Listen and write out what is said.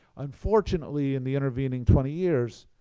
unfortunately, in the intervening twenty years,